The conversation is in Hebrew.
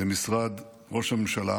במשרד ראש הממשלה